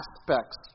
aspects